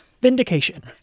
Vindication